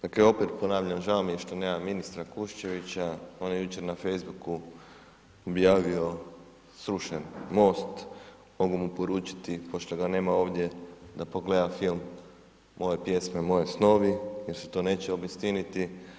Dakle, opet ponavljam, žao mi je što nema ministra Kuščevića, on je jučer na facebooku objavio srušen most, mogu mu poručiti pošto ga nema ovdje da pogleda film „Moje pjesme, moji snovi“ jer se to neće obistiniti.